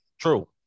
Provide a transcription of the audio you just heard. true